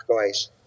guys